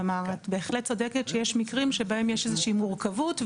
כלומר את בהחלט צודקת שיש מקרים שבהם יש איזושהי מורכבות,